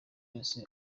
wese